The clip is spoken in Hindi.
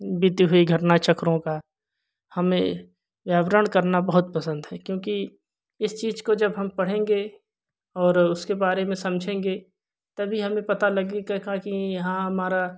बीती हुई घटना चक्रों का हमें व्याकरण करना बहुत पसंद है क्योंकि इस चीज़ को जब हम पढ़ेंगे और उसके बारे में समझेंगे तब ही हमें पता लगेगा का कि हाँ हमारा